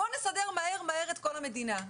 מבחינתו בואו נסדר מהר מהר את כל המדינה.